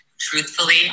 truthfully